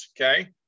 Okay